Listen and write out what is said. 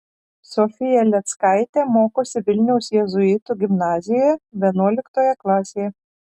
sofija lėckaitė mokosi vilniaus jėzuitų gimnazijoje vienuoliktoje klasėje